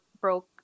broke